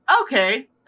Okay